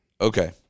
Okay